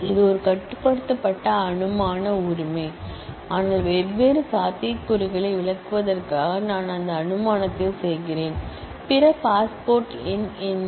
இது ஒரு restrictive assumption ஆனால் வெவ்வேறு சாத்தியக்கூறுகளை விளக்குவதற்காக நான் அந்த அஷ்யூம் செய்கிறேன் பிற பாஸ்போர்ட் எண் என்ன